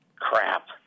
Crap